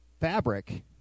fabric